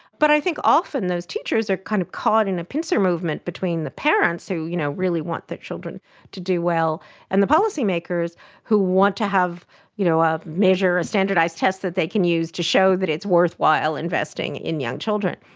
but i think often those teachers are kind of caught in a pincer movement between the parents who you know really want their children to do well and the policymakers who want to have you know a measure, a standardised test that they can use to show that it's worthwhile investing in young children.